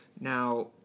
Now